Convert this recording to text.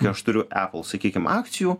aš turiu epl sakykim akcijų